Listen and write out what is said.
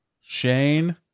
Shane